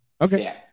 Okay